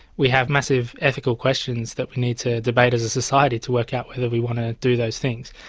we have massive ethical questions that we need to debate as a society to work out whether we want to do those things.